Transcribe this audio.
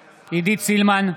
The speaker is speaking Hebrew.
סילמן,